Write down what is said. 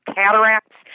cataracts